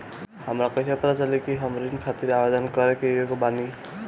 हमरा कईसे पता चली कि हम ऋण खातिर आवेदन करे के योग्य बानी?